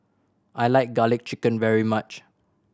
I like Garlic Chicken very much